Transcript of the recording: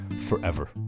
forever